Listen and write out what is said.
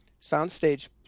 soundstage